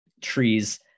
trees